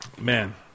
Man